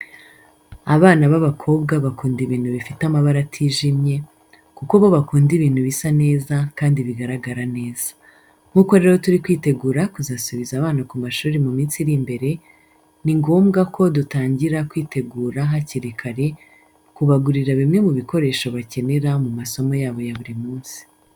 Abana b'abakobwa bakunda ibintu bifite amabara atijimye, kuko bo bakunda ibintu bisa neza kandi bigaragara neza. Nk'uko rero turi kwitegura kuzasubiza abana ku mashuri mu minsi iri imbere, ni ngombwa ko dutangira kwitegura hakiri kare kubagurira bimwe mu bikoresho bakenera mu masomo yabo ya buri munsi.